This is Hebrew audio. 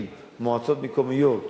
עם מועצות מקומיות